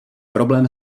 problém